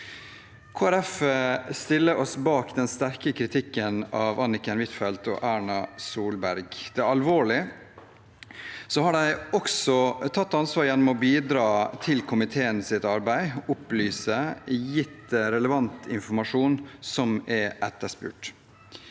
stiller seg bak den sterke kritikken av Anniken Huitfeldt og Erna Solberg. Det er alvorlig. De har tatt ansvar gjennom å bidra til komiteens arbeid, opplyse og gi relevant informasjon som er etterspurt.